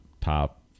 Top